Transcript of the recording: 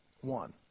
one